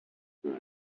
quite